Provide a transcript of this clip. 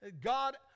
God